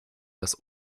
dass